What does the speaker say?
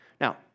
Now